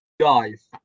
Guys